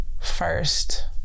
First